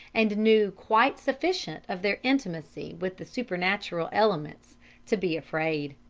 and knew quite sufficient of their intimacy with the supernatural elements to be afraid.